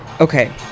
okay